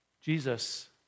Jesus